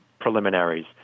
preliminaries